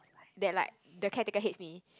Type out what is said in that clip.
that like the caretaker hates me